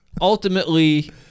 ultimately